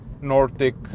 nordic